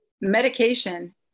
medication